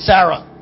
Sarah